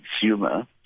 consumer